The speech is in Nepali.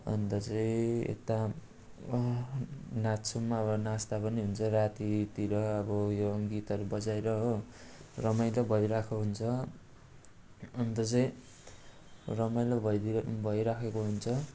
अन्त चाहिँ यता नाच्छौँ अब नाच्दा पनि हुन्छ रातितिर अब उयो गीतहरू बजाएर हो रमाइलो भइरहेको हुन्छ अन्त चाहिँ रमाइलो भइदियो भइरहेको हुन्छ